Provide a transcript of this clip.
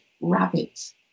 rabbit